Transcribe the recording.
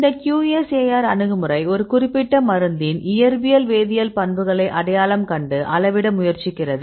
இந்த QSAR அணுகுமுறை ஒரு குறிப்பிட்ட மருந்தின் இயற்பியல் வேதியியல் பண்புகளை அடையாளம் கண்டு அளவிட முயற்சிக்கிறது